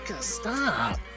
stop